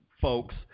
Folks